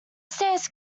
stairs